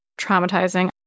traumatizing